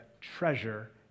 treasure